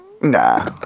Nah